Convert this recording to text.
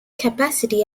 capacity